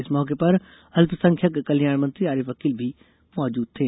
इस मौके पर अल्पसंख्यक कल्याण मंत्री आरिफ अकील भी मौजूद थे